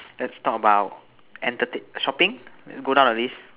let's talk about entertain shopping go down the list